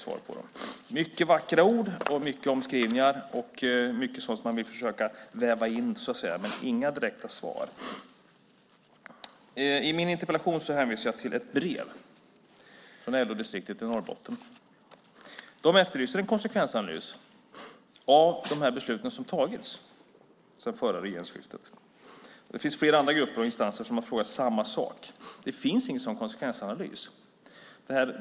Många vackra ord, många omskrivningar och mycket sådant som man vill försöka väva in, men inga direkta svar. I min interpellation hänvisar jag till ett brev från LO-distriktet i Norrbotten. De efterlyser en konsekvensanalys av de beslut som har tagits sedan regeringsskiftet. Det finns flera andra grupper och instanser som har frågat samma sak. Det finns ingen sådan konsekvensanalys.